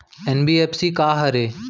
NBFC का हरे?